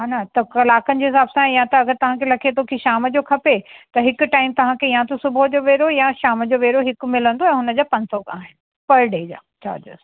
हेन त कलाकनि जे हिसाब सां या त अगरि तव्हां खे लॻे थो कि शाम जो खपे त हिकु टाइम तव्हां खे या त सुबुह जो वेलो या शाम जो वेलो हिकु मिलंदो ऐं हुनजा पंज सौ आहिनि पर डे जा चार्ज